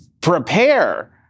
prepare